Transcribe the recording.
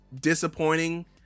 disappointing